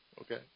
okay